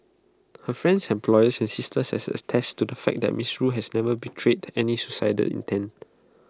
her friends employer and sister has attested to the fact that miss rue has never betrayed any suicidal intent